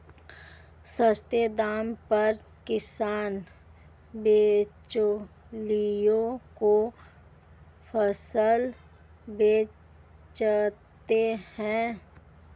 सस्ते दाम पर किसान बिचौलियों को फसल बेचता है